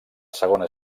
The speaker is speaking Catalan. segona